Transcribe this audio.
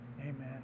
Amen